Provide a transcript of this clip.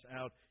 out